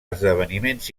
esdeveniments